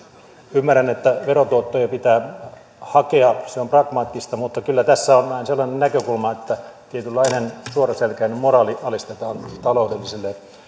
ymmärrän että verotuottoja pitää hakea se on pragmaattista mutta kyllä tässä on vähän sellainen näkökulma että tietynlainen suoraselkäinen moraali alistetaan taloudellisille